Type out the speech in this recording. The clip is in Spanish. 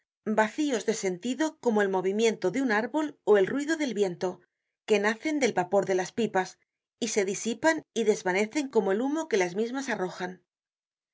vacíos de sentido como el mo vimiento de un árbol ó el ruido del viento que nacen del vapor de las pipas y se disipan y desvanecen como el humo que las mismas arrojan